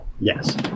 Yes